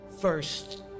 first